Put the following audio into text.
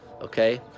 okay